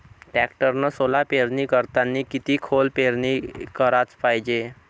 टॅक्टरनं सोला पेरनी करतांनी किती खोल पेरनी कराच पायजे?